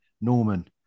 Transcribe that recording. Norman